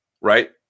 right